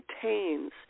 contains